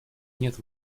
нет